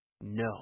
No